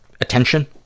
attention